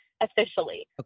officially